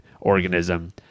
organism